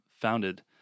founded